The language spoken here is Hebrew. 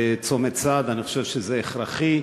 בצומת סעד, אני חושב שזה הכרחי,